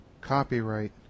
Copyright